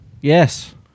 Yes